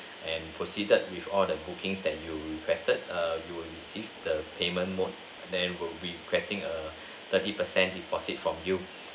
and proceeded with all the bookings that you requested err you will receive the payment mode then we will be requesting a thirty percent deposit from you